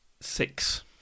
Six